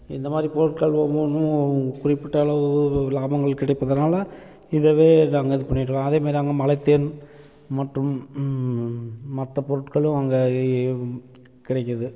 இந்தமாதிரி பொருட்கள் ஒவ்வொன்றும் குறிப்பிட்ட அளவு லாபங்கள் கிடைப்பதுனால் இதவே நாங்கள் இது பண்ணிட்டிருக்கோம் அதேமாரி அங்கே மலைத்தேன் மற்றும் மற்ற பொருட்களும் அங்கே கிடைக்கிது